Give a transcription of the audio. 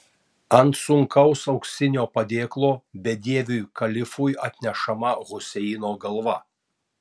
ant sunkaus auksinio padėklo bedieviui kalifui atnešama huseino galva